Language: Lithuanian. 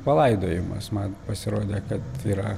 palaidojimas man pasirodė kad yra